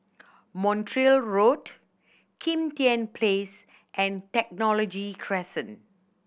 Montreal Road Kim Tian Place and Technology Crescent